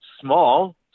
small